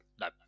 No